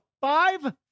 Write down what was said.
five